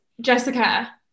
jessica